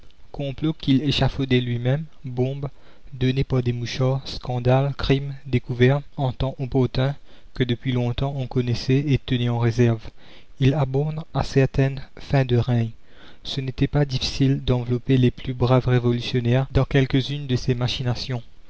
complots qu'il échafaudait lui-même bombes données par des mouchards scandales crimes découverts en temps opportun que depuis longtemps on connaissait et tenait en réserve ils abondent à certaines fins de règne ce n'était pas difficile d'envelopper les plus braves révolutionnaires dans quelques-unes de ces machinations